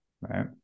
Right